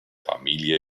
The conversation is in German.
familie